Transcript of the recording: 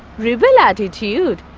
rebel attitude.